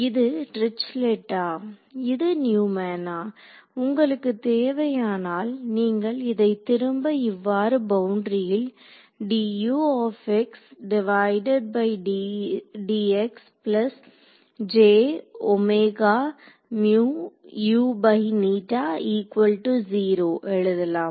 இது டிரிச்லெட்டா இது நியூமேன்னா உங்களுக்கு தேவையானால் நீங்கள் இதை திரும்ப இவ்வாறு பவுண்டரியில் எழுதலாம்